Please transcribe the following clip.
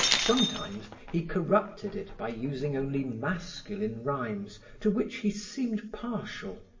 sometimes he corrupted it by using only masculine rhymes to which he seemed partial.